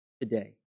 Today